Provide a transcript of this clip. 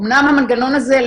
אמנם המנגנון הזה,